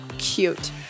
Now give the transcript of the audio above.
Cute